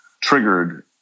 triggered